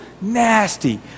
nasty